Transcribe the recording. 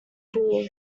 bull